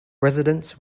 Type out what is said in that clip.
residents